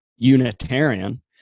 Unitarian